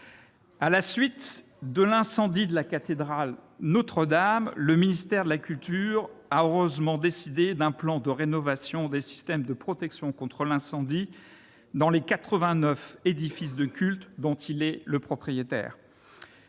À la suite de l'incendie de la cathédrale Notre-Dame, le ministère de la culture a heureusement décidé d'un plan de rénovation des systèmes de protection contre l'incendie dans les 89 édifices de culte dont il est propriétaire.